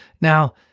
Now